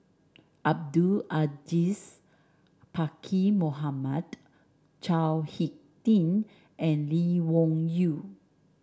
Abdul Aziz Pakkeer Mohamed Chao HicK Tin and Lee Wung Yew